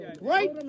right